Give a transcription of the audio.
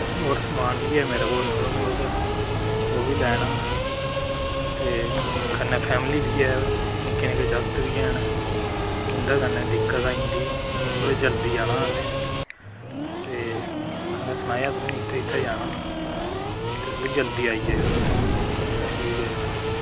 होर सामान बी हे मेरे कोल थोह्ड़ा बोह्त ओह् बी लैना ते कन्नै फैमिली बी ऐ निक्के निक्के जागत बी हैन उं'दे कन्नै दिक्कत आई जंदी थोह्ड़ी जल्दी जाना असें ते कन्नै सनाया तुसेंगी इत्थै इत्थै जाना ते थोह्ड़ी जल्दी आई जाएयो ठीक ऐ जनाब